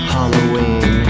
Halloween